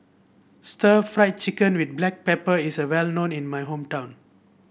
Stir Fried Chicken with Black Pepper is well known in my hometown